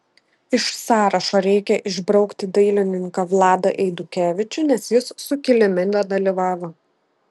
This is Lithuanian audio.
iš sąrašo reikia išbraukti dailininką vladą eidukevičių nes jis sukilime nedalyvavo